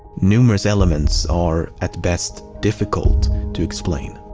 numerous elements are at best difficult to explain.